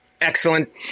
excellent